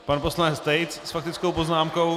Pan poslanec Tejc s faktickou poznámkou.